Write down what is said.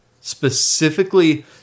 specifically